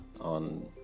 on